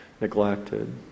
neglected